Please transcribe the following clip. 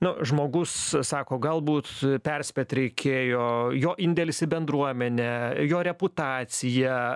nu žmogus sako galbūt perspėt reikėjo jo indėlis į bendruomenę jo reputacija